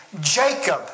Jacob